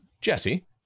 Jesse